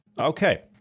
Okay